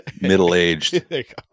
middle-aged